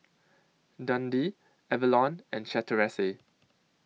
Dundee Avalon and Chateraise